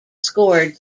scored